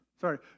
sorry